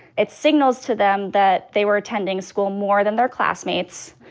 it signals to them that they were attending school more than their classmates.